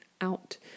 out